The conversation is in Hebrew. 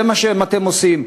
זה מה שאתם עושים.